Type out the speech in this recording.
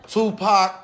Tupac